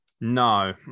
No